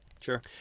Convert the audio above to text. Sure